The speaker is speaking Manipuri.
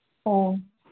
ꯑꯣ